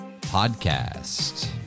Podcast